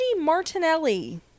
Martinelli